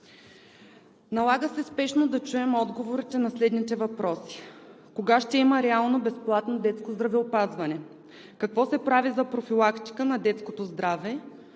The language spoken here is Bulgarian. Налага се спешно да чуем отговорите на следните въпроси: кога ще има реално безплатно детско здравеопазване? Какво се прави за профилактика на детското здраве?